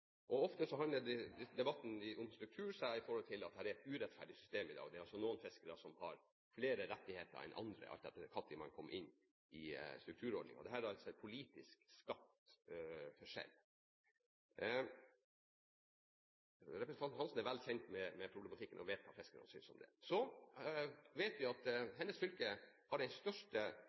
debatten om struktur om at det er et urettferdig system i dag. Det er noen fiskere som har flere rettigheter enn andre, alt etter når man kom inn i strukturordningen, og dette er en politisk skapt forskjell. Representanten Hansen er vel kjent med problematikken og vet hva fiskerne synes om det. Så vet vi at hennes fylke har den største